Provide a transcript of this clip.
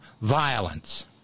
violence